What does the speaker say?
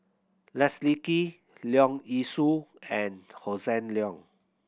Leslie Kee Leong Yee Soo and Hossan Leong